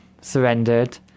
surrendered